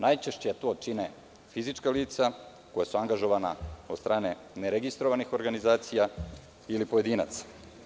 Najčešće to čine fizička lica koja su angažovana od strane neregistrovanih organizacija ili pojedinaca.